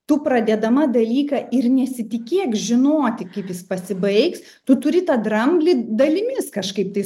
tu pradėdama dalyką ir nesitikėk žinoti kaip jis pasibaigs tu turi tą dramblį dalimis kažkaip tai